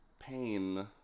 pain